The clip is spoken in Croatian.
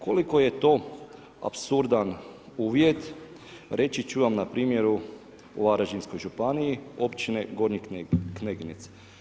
Koliko je to apsurdan uvjet reći ću vam na primjeru u varaždinskoj županiji, općine Gornji Kneginec.